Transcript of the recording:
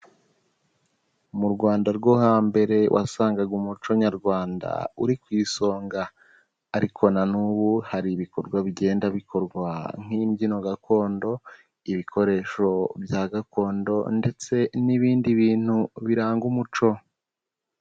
Mu Rwanda rwo hambere wasangaga umuco Nyarwanda uri ku isonga ariko na n'ubu hari ibikorwa bigenda bikorwa nk'imbyino gakondo, ibikoresho bya gakondo ndetse n'ibindi bintu biranga umuco.